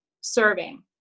serving